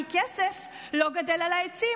כי כסף לא גדל על העצים,